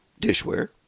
dishware